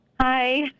Hi